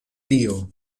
tio